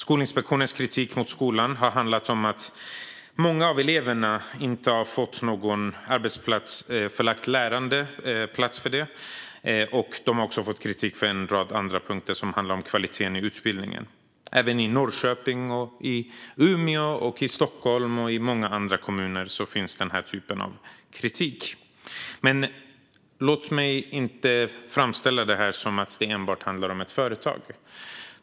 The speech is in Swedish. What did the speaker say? Skolinspektionens kritik mot skolan har handlat om att många av eleverna inte fått något arbetsplatsförlagt lärande samt om en rad andra punkter som gäller kvaliteten i utbildningen. Även i Norrköping, Umeå, Stockholm och många andra kommuner finns den här typen av kritik. Men låt mig inte framställa det här som att det enbart skulle handla om ett företag.